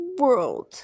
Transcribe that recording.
world